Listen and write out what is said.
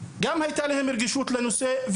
אם רק הייתה להם רגישות לנושא.